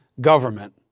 government